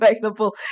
available